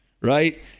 right